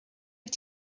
wyt